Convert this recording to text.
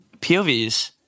POVs